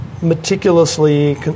meticulously